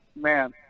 man